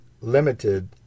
limited